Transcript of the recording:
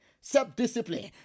self-discipline